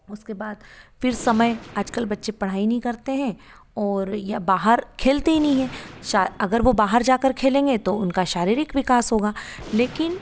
उसके बाद फिर समय आज कल बच्चे पढ़ाई नहीं करते हैं और या बाहर खेलते ही नहीं है सा अगर वो बाहर जाकर खेलेगें तो उनका शारीरिक विकास होगा लेकिन